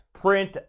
print